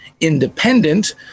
independent